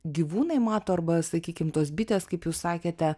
gyvūnai mato arba sakykim tos bitės kaip jūs sakėte